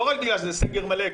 לא רק בגלל שזה סגר מלא,